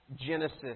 Genesis